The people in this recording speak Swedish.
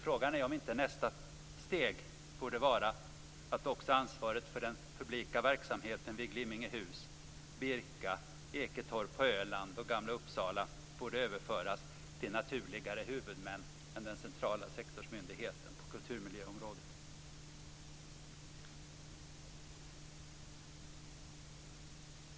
Frågan är om inte nästa steg borde vara att också ansvaret för den publika verksamheten vid Glimmingehus, Birka, Eketorp på Öland och Gamla Uppsala borde överföras till naturligare huvudmän än den centrala sektorsmyndigheten på kulturmiljöområdet.